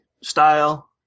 style